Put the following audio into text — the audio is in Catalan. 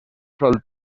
sol